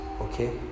okay